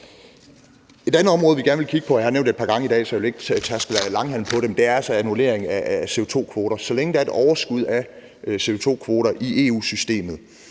Et andet område, vi gerne vil kigge på, har jeg nævnt et par gange i dag, så jeg vil ikke tærske langhalm på det, og det er annulleringen af CO2-kvoter. Så længe der er et overskud af CO2-kvoter i EU-systemet,